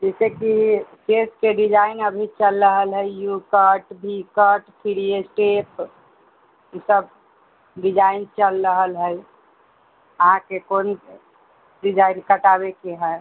जैसेकि केशके डिजाइन अभी चलि रहल हइ U cut V cut three step ईसभ डिजाइन चलि रहल हइ अहाँके कोन डिजाइन कटाबयके हइ